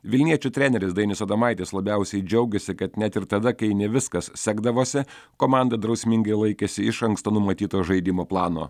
vilniečių treneris dainius adomaitis labiausiai džiaugėsi kad net ir tada kai ne viskas sekdavosi komanda drausmingai laikėsi iš anksto numatyto žaidimų plano